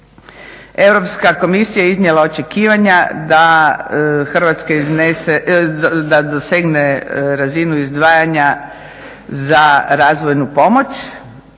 Europska komisija je iznijela očekivanja da Hrvatska dosegne razinu izdvajanja za razvojnu pomoć